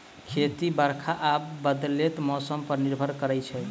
खेती बरखा आ बदलैत मौसम पर निर्भर करै छै